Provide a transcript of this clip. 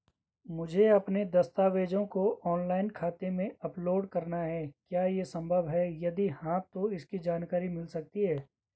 मुझे अपने दस्तावेज़ों को ऑनलाइन खाते में अपलोड करना है क्या ये संभव है यदि हाँ तो इसकी जानकारी मिल सकती है?